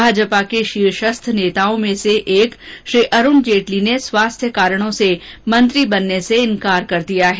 भाजपा के शीर्षस्थ नेताओं में से एक श्री अरूण जेटली ने स्वास्थ्य कारणों से मंत्री बनने से इंकार कर दिया है